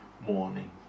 morning